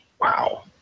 Wow